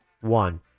one